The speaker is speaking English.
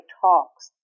talks